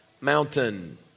Mountain